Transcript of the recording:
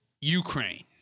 Ukraine